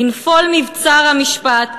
בנפול מבצר המשפט,